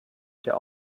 der